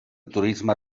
turisme